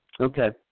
Okay